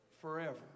Forever